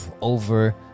over